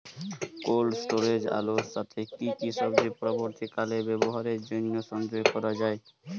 Cold স্টোরেজে আলুর সাথে কি কি সবজি পরবর্তীকালে ব্যবহারের জন্য সঞ্চয় করা যায়?